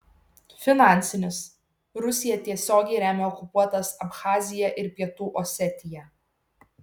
finansinis rusija tiesiogiai remia okupuotas abchaziją ir pietų osetiją